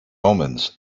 omens